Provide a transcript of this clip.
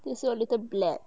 just a little black